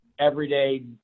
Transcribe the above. everyday